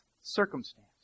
circumstance